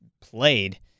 played